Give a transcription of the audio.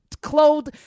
clothed